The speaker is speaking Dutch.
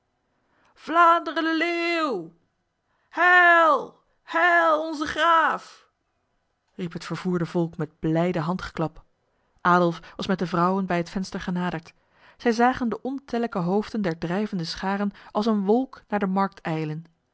de leeuw heil heil onze graaf riep het vervoerde volk met blijde handgeklap adolf was met de vrouwen bij het venster genaderd zij zagen de ontellijke hoofden der drijvende scharen als een wolk naar de markt ijlen